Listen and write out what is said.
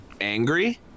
angry